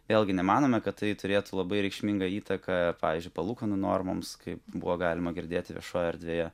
vėlgi nemanome kad tai turėtų labai reikšmingą įtaką pavyzdžiui palūkanų normoms kaip buvo galima girdėti viešojoje erdvėje